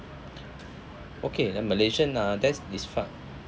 okay they're malaysian uh that's is fine